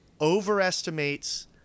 overestimates